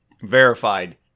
verified